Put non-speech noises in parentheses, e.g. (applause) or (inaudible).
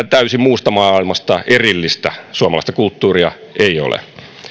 (unintelligible) täysin muusta maailmasta erillistä suomalaista kulttuuria ei ole